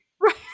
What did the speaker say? Right